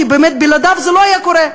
כי באמת בלעדיו זה לא היה קורה.